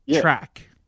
track